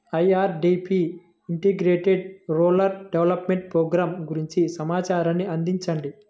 IRDP integrated rural development program గురించి సమాచారాన్ని అందించండి?